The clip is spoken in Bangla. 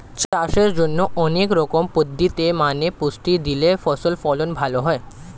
চাষের জন্যে অনেক রকম পদ্ধতি মেনে পুষ্টি দিলে ফসল ফলন ভালো হয়